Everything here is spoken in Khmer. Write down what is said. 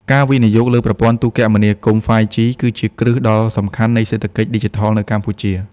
ការវិនិយោគលើប្រព័ន្ធទូរគមនាគមន៍ 5G គឺជាគ្រឹះដ៏សំខាន់នៃសេដ្ឋកិច្ចឌីជីថលនៅកម្ពុជា។